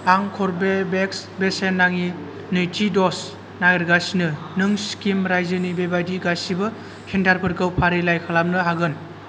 आं कर्वेभेक्सनि बेसेन नाङि नैथि द'ज नागिरगासिनो नों सिक्किम रायजोनि बेबादि गासिबो सेन्टारफोरखौ फारिलाइ खालामनो हागोन